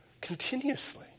continuously